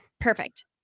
perfect